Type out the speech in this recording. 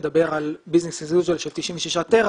זה מדבר על עסקים כרגיל של 96 טרה